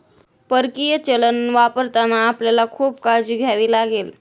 परकीय चलन वापरताना आपल्याला खूप काळजी घ्यावी लागेल